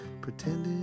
Pretending